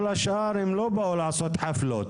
כל השאר הם לא באו לעשות להם חפלות.